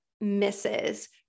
misses